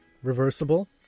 Reversible